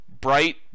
bright